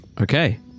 okay